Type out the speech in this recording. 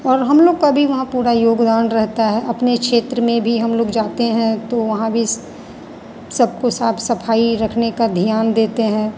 और हम लोग का भी वहाँ पूरा योगदान रहता है अपने क्षेत्र में भी हम लोग जाते हैं तो वहाँ भी सब कुछ साफ सफाई रखने का ध्यान देते हैं